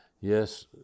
Yes